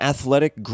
Athletic